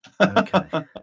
Okay